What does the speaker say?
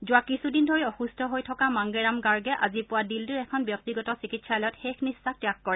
যোৱা কিছুদিন ধৰি অসুম্থ হৈ থকা মাঙ্গেৰাম গাৰ্গে আজি পুৱা দিল্লীৰ এখন ব্যক্তিগত চিকিৎসালয়ত শেষ নিশ্বাস ত্যাগ কৰে